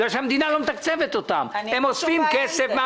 לא עשינו את זה על